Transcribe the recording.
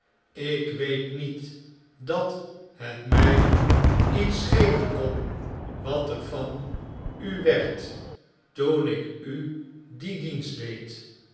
ik weet niet dat het mg iets schelen kon wat er van u werd toen ik u dien dienst deed